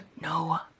No